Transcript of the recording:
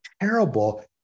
terrible